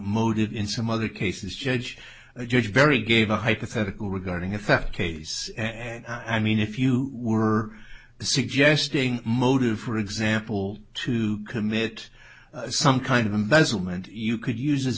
moated in some other cases judge the judge very gave a hypothetical regarding effect case and i mean if you were suggesting motive for example to commit some kind of embezzlement you could use